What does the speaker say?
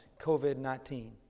COVID-19